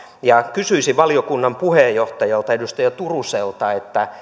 kysyisin valiokunnan puheenjohtajalta edustaja turuselta